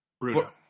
Bruno